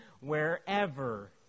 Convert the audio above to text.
wherever